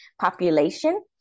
population